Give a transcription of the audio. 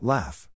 Laugh